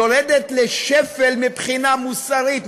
יורדת לשפל מבחינה מוסרית,